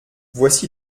voici